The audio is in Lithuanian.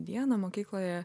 dieną mokykloje